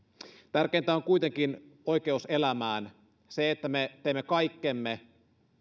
tärkeintä on kuitenkin oikeus elämään se että me teemme kaikkemme